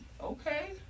Okay